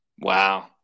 Wow